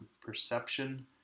perception